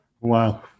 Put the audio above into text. wow